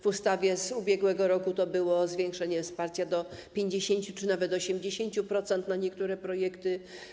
W ustawie z ubiegłego roku było zwiększenie wsparcia do 50% czy nawet 80% na niektóre projekty.